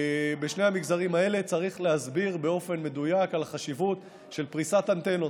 בשני המגזרים האלה צריך להסביר באופן מדויק על החשיבות של פריסת אנטנות,